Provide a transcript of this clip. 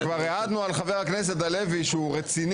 חזקה על חבר הכנסת עמית הלוי שכבר העדנו עליו שהוא רציני,